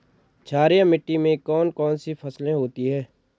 क्षारीय मिट्टी में कौन कौन सी फसलें होती हैं?